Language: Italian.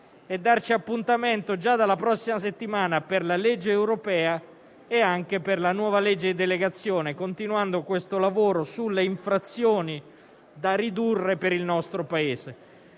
e darci appuntamento già alla prossima settimana per la legge europea e anche per la nuova legge di delegazione, continuando questo lavoro sulla riduzione delle infrazioni per il nostro Paese.